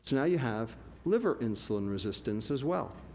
now you have liver insulin resistance as well.